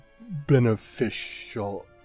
beneficial